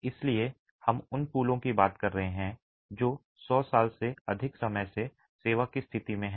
इसलिए हम उन पुलों की बात कर रहे हैं जो 100 साल से अधिक समय से सेवा की स्थिति में हैं